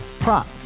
Prop